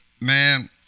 man